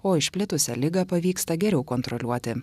o išplitusią ligą pavyksta geriau kontroliuoti